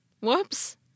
Whoops